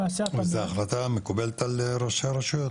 למעשה --- וההחלטה שמקובלת על ראשי הרשויות?